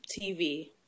TV